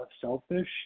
selfish